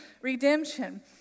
redemption